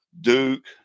Duke